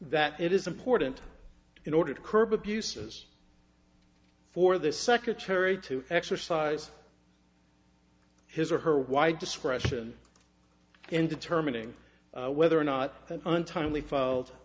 that it is important in order to curb abuses for the secretary to exercise his or her why discretion in determining whether or not an untimely filed